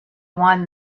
one